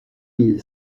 mille